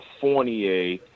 Fournier